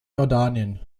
jordanien